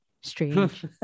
Strange